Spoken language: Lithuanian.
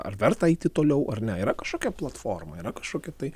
ar verta eiti toliau ar ne yra kažkokia platforma yra kažkokia tai